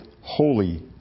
holy